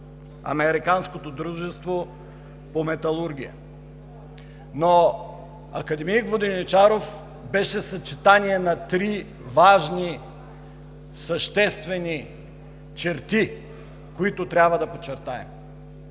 Американското дружество по металургия. Академик Воденичаров беше съчетание на три важни, съществени черти, които трябва да подчертаем.